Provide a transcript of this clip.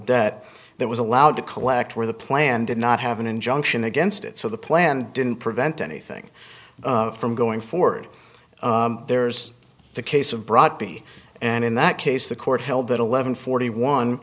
debt that was allowed to collect where the plan did not have an injunction against it so the plan didn't prevent anything from going forward there's the case of broad b and in that case the court held that eleven forty one